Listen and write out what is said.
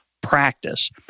practice